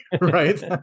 Right